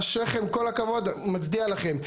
אשריכם, כל הכבוד, מצדיע לכם.